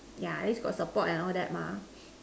yeah at least got support and all that mah